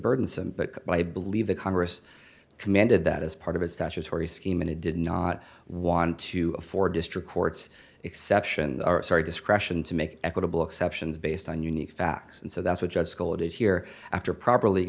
burdensome but i believe the congress commanded that as part of a statutory scheme and it did not want to for district courts exception sorry discretion to make equitable exceptions based on unique facts and so that's what judge scolded here after properly